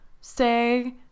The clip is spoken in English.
say